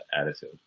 attitude